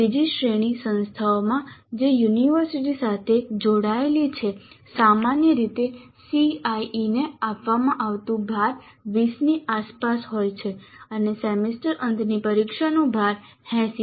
2 શ્રેણી સંસ્થાઓમાં જે યુનિવર્સિટી સાથે જોડાયેલી છે સામાન્ય રીતે CIE ને આપવામાં આવતું ભાર 20 ની આસપાસ હોય છે અને સેમેસ્ટર અંતની પરીક્ષાનું ભાર 80